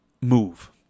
move